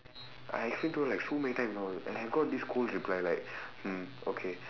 I explain to her like so many times you know and I got this cold reply like hmm okay